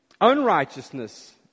Unrighteousness